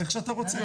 איך שאתה רוצה.